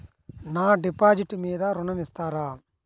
నా డిపాజిట్ మీద ఋణం ఇస్తారా?